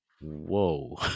whoa